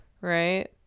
Right